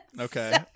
okay